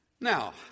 Now